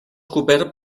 cobert